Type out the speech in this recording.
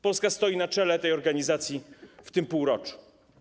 Polska stoi na czele tej organizacji w tym półroczu.